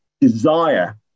desire